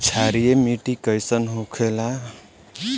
क्षारीय मिट्टी कइसन होखेला?